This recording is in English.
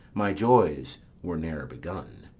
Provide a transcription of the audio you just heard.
my joys were ne'er begun.